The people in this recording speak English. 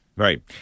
Right